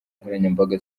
nkoranyambaga